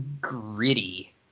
gritty